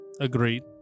Agreed